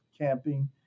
camping